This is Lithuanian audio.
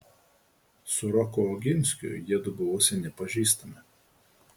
su roku oginskiu jiedu buvo seni pažįstami